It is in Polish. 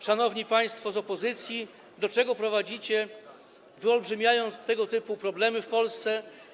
szanowni państwo z opozycji, do czego prowadzicie, wyolbrzymiając tego typu problemy w Polsce.